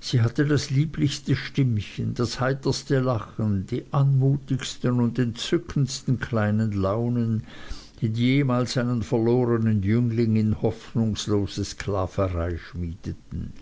sie hatte das lieblichste stimmchen das heiterste lachen die anmutigsten und entzückendsten kleinen launen die jemals einen verlorenen jüngling in hoffnungslose sklaverei schmiedeten